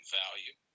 value